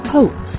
Hope